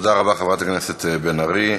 תודה רבה, חברת הכנסת בן ארי.